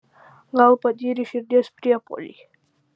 gal patyrė širdies priepuolį